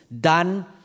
Done